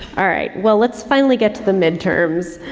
all right. well let's finally get to the midterms.